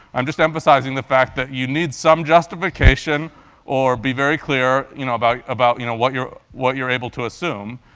i'm just emphasizing the fact that you need some justification or be very clear you know about about you know what you're what you're able to assume.